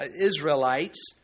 Israelites